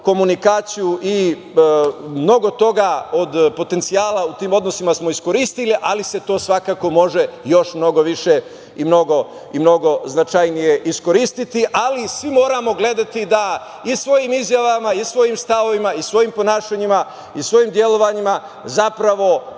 komunikaciju i mnogo toga od potencijala u tim odnosima smo iskoristili, ali se to svakako može još mnogo više i mnogo značajnije iskoristiti. Ali, svi moramo gledati da svojim izjavama, svojim stavovima, svojim ponašanjima i svojim delovanjima zapravo